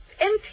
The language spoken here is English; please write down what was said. empty